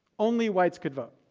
only whites could vote.